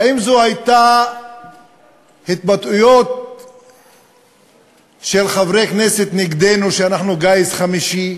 האם אלו היו התבטאויות של חברי כנסת נגדנו שאנחנו גיס חמישי?